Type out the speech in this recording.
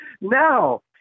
No